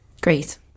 Great